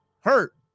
Hurt